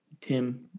Tim